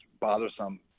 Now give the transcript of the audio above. bothersome